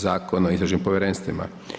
Zakona o istražnim povjerenstvima.